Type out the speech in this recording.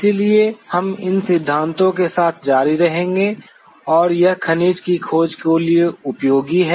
इसलिए हम इन सिद्धांतों के साथ जारी रहेंगे और यह खनिज की खोज के लिए उपयोगी है